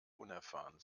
unerfahren